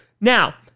Now